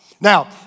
Now